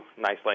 nicely